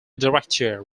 director